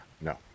No